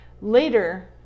later